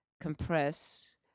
compress